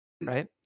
Right